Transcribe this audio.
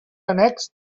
annex